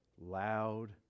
loud